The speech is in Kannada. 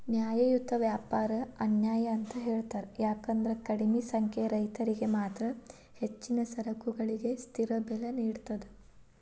ನ್ಯಾಯಯುತ ವ್ಯಾಪಾರ ಅನ್ಯಾಯ ಅಂತ ಹೇಳ್ತಾರ ಯಾಕಂದ್ರ ಕಡಿಮಿ ಸಂಖ್ಯೆಯ ರೈತರಿಗೆ ಮಾತ್ರ ಹೆಚ್ಚಿನ ಸರಕುಗಳಿಗೆ ಸ್ಥಿರ ಬೆಲೆ ನೇಡತದ